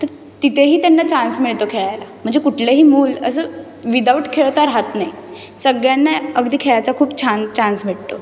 तर तिथे ही त्यांना चान्स मिळतो खेळायला म्हणजे कुठलंही मूल असं विदाउट खेळता राहत नाही सगळ्यांना अगदी खेळायचा खूप छान चान्स भेटतो